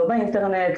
לא באינטרנט,